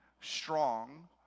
strong